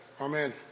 Amen